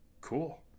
cool